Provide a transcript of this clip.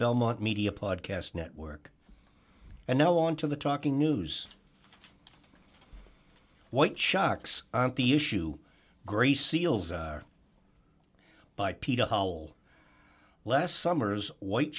belmont media podcast network and now on to the talking news white sharks aren't the issue gray seals are by peta whole less summer's white